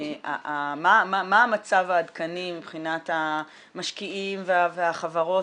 מה המצב העדכני מבחינת המשקיעים והחברות